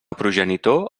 progenitor